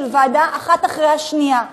של ועדה אחת אחרי השנייה,